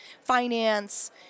finance